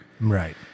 right